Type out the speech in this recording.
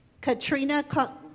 Katrina